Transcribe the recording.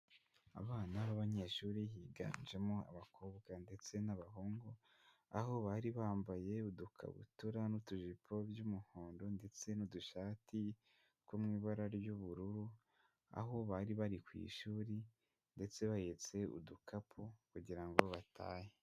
Abana b'abanyeshuri higanjemo abakobwa ndetse n'abahungu. Aho bari bambaye udukabutura n'utujipo by'umuhondo ndetse n'udushati two mu ibara ry'ubururu. Aho bari bari ku ishuri, ndetse bahetse udukapu kugira ngo batahe.